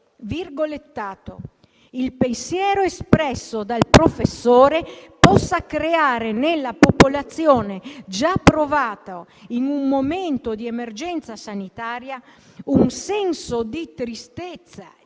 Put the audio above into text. ritenuto che: «il pensiero espresso dal professore possa creare, nella popolazione già provata in un momento di emergenza sanitaria, un senso di tristezza,